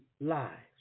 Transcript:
lives